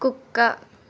కుక్క